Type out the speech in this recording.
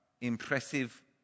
impressive